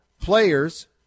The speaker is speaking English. players